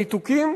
הניתוקים,